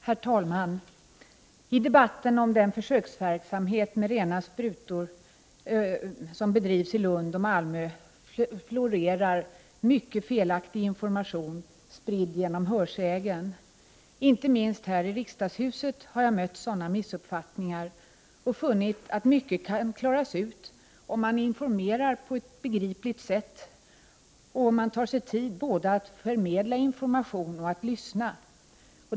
Herr talman! I debatten om den försöksverksamhet med rena sprutor som bedrivs i Lund och Malmö florerar mycken felaktig information, spridd genom hörsägen. Inte minst här i riksdagshuset har jag mött sådana missuppfattningar och funnit att mycket kan klaras ut, om man informerar på ett begripligt sätt och om man tar sig tid både att förmedla information och att lyssna.